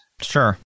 Sure